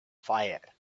fire